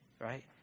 Right